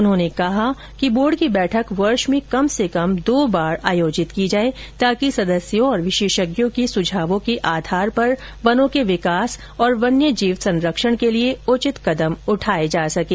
उन्होंने कहा कि स्टेट वाइल्ड लाइफ बोर्ड की बैठक वर्ष में कम से कम दो बार आयोजित की जाए ताकि सदस्यों और विशेषज्ञों के सुझावों के आधार पर वनों के विकास और वन्य जीव संरक्षण के लिए उचित कदम उठाए जा सकें